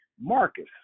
Marcus